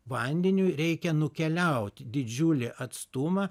vandeniui reikia nukeliauti didžiulį atstumą